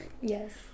yes